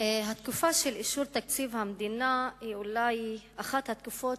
התקופה של אישור תקציב המדינה היא אולי אחת התקופות